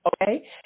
okay